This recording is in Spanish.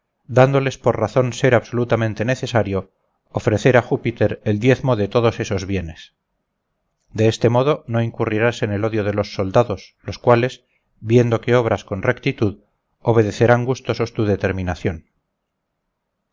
dándoles por razón ser absolutamente necesario ofrecerá júpiter el diezmo de todos esos bienes de este modo no incurrirás en el odio de los soldados los cuales viendo que obras con rectitud obedecerán gustosos tu determinación